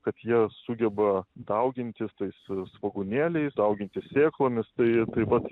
kad jie sugeba daugintis tai su svogūnėliais daugintis sėklomis tai tai vat